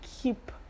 keep